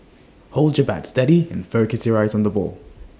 hold your bat steady and focus your eyes on the ball